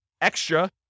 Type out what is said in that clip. extra